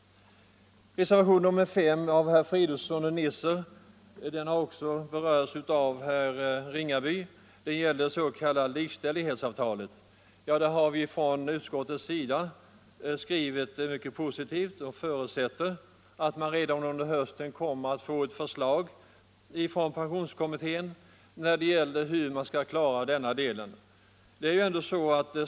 Reservationen 5 av herrar Fridolfsson och Nisser har också berörts av herr Ringaby. Det gäller det s.k. likställighetsavtalet. Vi har från utskottets sida skrivit mycket positivt och förutsätter att man redan under hösten kommer att få ett förslag från pensionskommittén om hur man skall klara denna del.